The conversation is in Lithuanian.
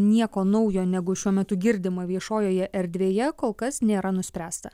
nieko naujo negu šiuo metu girdima viešojoje erdvėje kol kas nėra nuspręsta